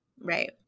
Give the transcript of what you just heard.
right